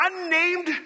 unnamed